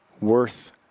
worth